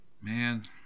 Man